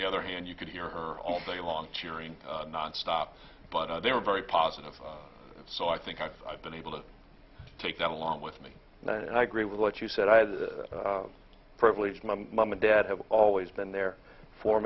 the other hand you could hear her all day long cheering nonstop but they were very positive so i think i've been able to take that along with me and i agree with what you said i had the privilege my mom and dad have always been there for